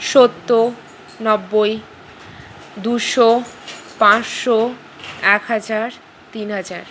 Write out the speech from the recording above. সত্তর নব্বই দুশো পাঁচশো এক হাজার তিন হাজার